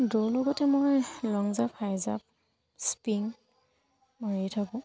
দৌৰ লগতে মই লং জাপ হাই জাপ স্পিং মৰিয়ে থাকোঁ